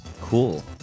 cool